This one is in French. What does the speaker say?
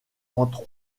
entre